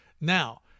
Now